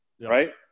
Right